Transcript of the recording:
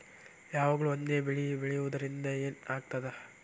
ಯಾವಾಗ್ಲೂ ಒಂದೇ ಬೆಳಿ ಬೆಳೆಯುವುದರಿಂದ ಏನ್ ಆಗ್ತದ?